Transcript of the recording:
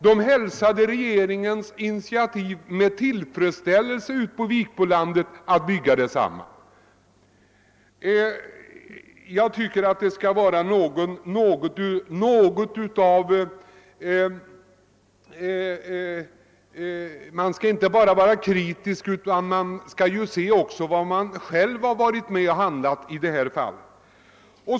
I Östergötland hälsade man med tillfredsställelse regeringens initiativ att bygga anläggningen ute på Vikbolandet. Man bör ju inte bara vara kritisk, man bör också se till vad man själv har varit med om att besluta.